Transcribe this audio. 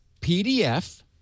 PDF